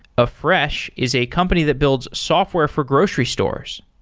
afresh is a company that builds software for grocery stores.